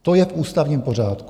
To je v ústavním pořádku.